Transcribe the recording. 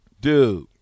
Dude